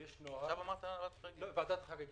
ואז צריך לחשוב.